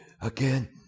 Again